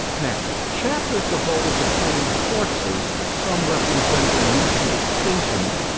now, chapters devoted to tiny corpses, some representing recent extinctions,